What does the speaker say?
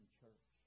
church